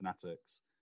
fanatics